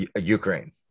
Ukraine